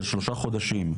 לפעמים של שלושה חודשים.